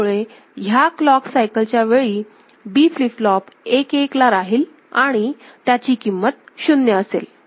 त्यामुळे ह्या क्लॉक सायकलच्या वेळी B फ्लिप फ्लॉप 1 1 ला राहील आणि त्याची किंमत शून्य असेल